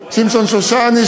שמשון שושני,